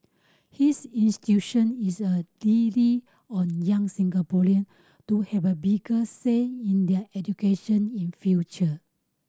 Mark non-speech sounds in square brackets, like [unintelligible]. his [unintelligible] is a really on young Singaporean to have a bigger say in their education in future